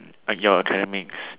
but your academics